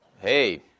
hey